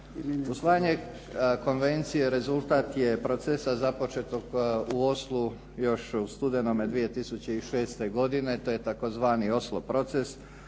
Usvajanje Konvencije rezultat je procesa započetog u Oslu još u studenome 2006. godine. To je tzv. Oslo proces